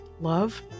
love